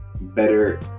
better